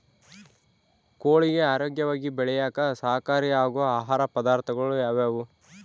ಕೋಳಿಗೆ ಆರೋಗ್ಯವಾಗಿ ಬೆಳೆಯಾಕ ಸಹಕಾರಿಯಾಗೋ ಆಹಾರ ಪದಾರ್ಥಗಳು ಯಾವುವು?